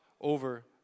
over